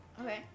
Okay